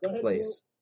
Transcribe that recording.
place